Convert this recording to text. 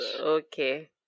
Okay